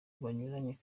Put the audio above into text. banyuranye